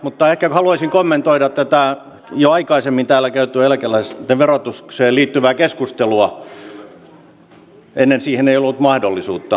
mutta ehkä haluaisin kommentoida tätä jo aikaisemmin täällä käytyä eläkeläisten verotukseen liittyvää keskustelua ennen siihen ei ollut mahdollisuutta